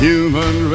human